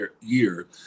year